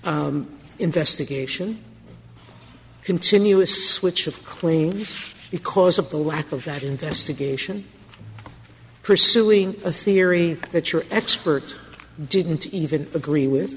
investigation continue a switch of claims because of the lack of that investigation pursuing a theory that your expert didn't even agree with